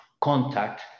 contact